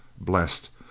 Blessed